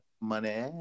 money